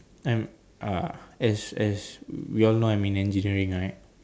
I'm uh as as we all know I'm in engineering right